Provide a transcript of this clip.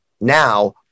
Now